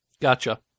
Gotcha